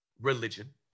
religion